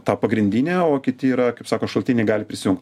ta pagrindinė o kiti yra kaip sako šalutiniai gali prisijung